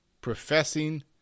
professing